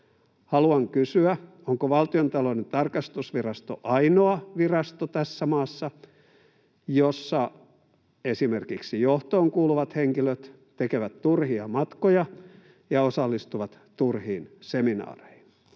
Haluan kysyä: onko Valtiontalouden tarkastusvirasto ainoa virasto tässä maassa, jossa esimerkiksi johtoon kuuluvat henkilöt tekevät turhia matkoja ja osallistuvat turhiin seminaareihin?